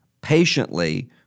patiently